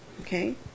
Okay